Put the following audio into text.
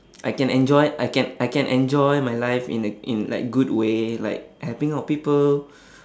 I can enjoy I can I can enjoy my life in a in like good way like helping out people